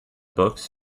books